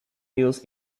hills